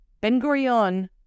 Ben-Gurion